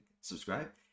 subscribe